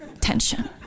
tension